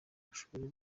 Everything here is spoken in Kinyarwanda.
mashuri